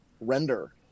render